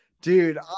Dude